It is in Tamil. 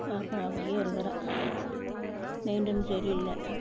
அப்புறம் அப்படியே இருக்கிறான் மைண்டும் சரியில்லை